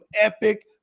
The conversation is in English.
epic